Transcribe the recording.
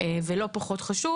ולא פחות חשוב,